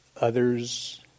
Others